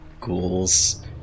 ghouls